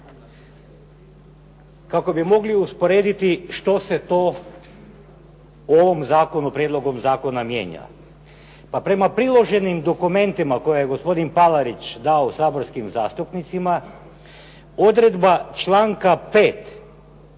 kako bi mogli usporediti što se to u ovom zakonu, prijedlogom zakona mijenja. Pa prema priloženim dokumentima koje je gospodin Palarić dao saborskim zastupnicima, odredba članka 5.